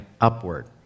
upward